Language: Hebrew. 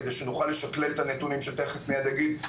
כדי שנוכל לשקלל את הנתונים שתיכף מיד אגיד.